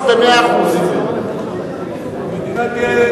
יצחק כהן, היית אתי בקואליציה.